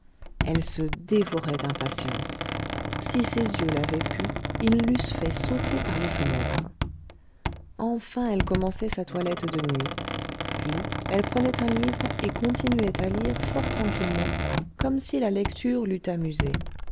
elle se dévorait d'impatience si ses yeux l'avaient pu ils l'eussent fait sauter par les fenêtres enfin elle commençait sa toilette de nuit puis elle prenait un livre et continuait à lire fort tranquillement comme si la lecture l'eût amusée